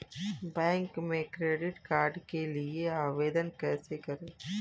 Bank में credit card के लिए आवेदन कैसे करें?